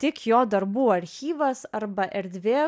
tik jo darbų archyvas arba erdvė